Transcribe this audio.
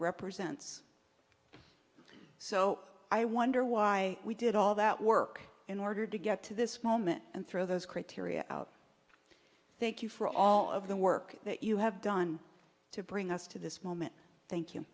represents so i wonder why we did all that work in order to get to this moment and throw those criteria out thank you for all of the work that you have done to bring us to this moment thank you